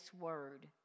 word